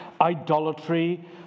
idolatry